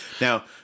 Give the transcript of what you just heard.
Now